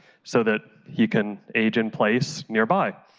so that he can age in place nearby.